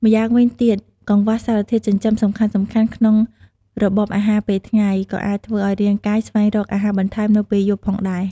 ម្យ៉ាងវិញទៀត កង្វះសារធាតុចិញ្ចឹមសំខាន់ៗក្នុងរបបអាហារពេលថ្ងៃ ក៏អាចធ្វើឱ្យរាងកាយស្វែងរកអាហារបន្ថែមនៅពេលយប់ផងដែរ។